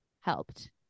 helped